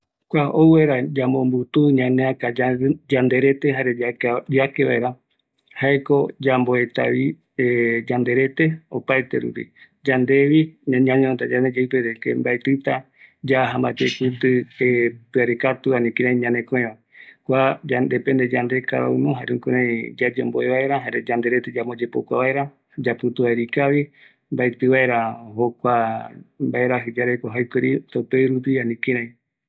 Yake kavi vaera, jaeko yande yayepokuata yake järëä, aguiyeta yande pɨarekatu, yandeko ñameta jokua ñemometë yandeyeɨpe, jare yamboetetavi opa ara yake vaera järëa